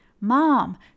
Mom